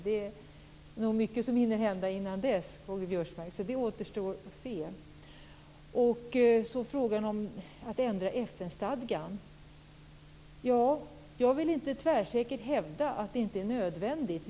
Det hinner nog hända mycket innan dess, K-G Biörsmark, så det återstår att se. I frågan om att ändra FN-stadgan vill jag inte tvärsäkert hävda att det inte är nödvändigt.